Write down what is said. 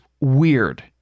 weird